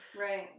Right